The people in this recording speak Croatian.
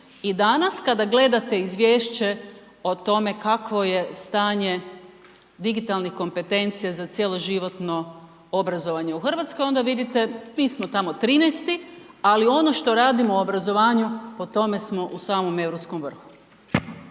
I danas kada gledate izvješće o tome kakvo je stanje digitalnih kompetencija za cjeloživotno obrazovanje u Hrvatskoj, onda vidite mi smo tamo 13.-ti ali ono što radimo u obrazovanju ali ono što radimo u